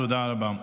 תודה רבה.